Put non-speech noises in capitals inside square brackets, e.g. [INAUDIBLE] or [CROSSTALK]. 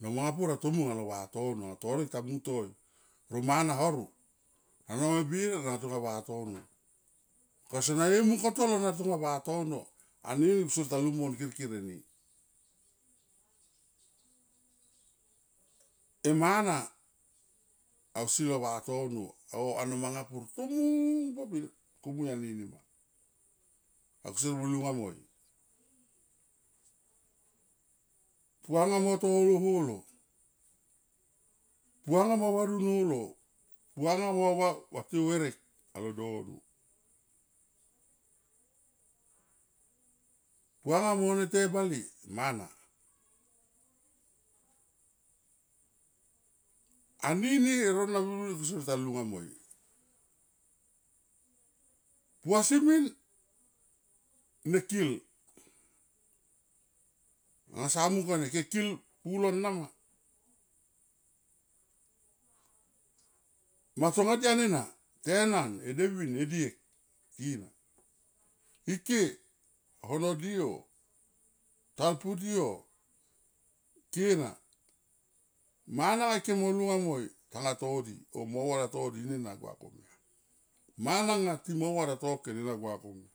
no manga pur ato mung alo vatono anga torek ta mung toi ro mana horo nano manga me bir na nga tonga vatono. Ko yo sona mung koto alo anga to vatono anini kusier ta lung man kirkir eni. E mana, ausi lo vatono o ano manga pur tomung buop kumui anini ma, anga kusier me lunga moi. Puanga mo tolo holo puanga mo vadun holo puanga mo [HESITATION] vatiou herek alo dono. Puanga mo ne te bale mana, anini e rona birbir kusier ta lunga moi. Puasi min nekil, anga sa mukone ke kil pulo nama ma tonga dian ena, tenan, edevin, ediek tina ike horo di oh talpu ot di o kena mana nga ke mo lunga moi kanga to di o mo va tato di nena gua komia na ma, mana nga ti mo vato toke ne angua ko mur.